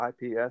IPS